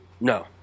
No